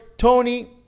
Tony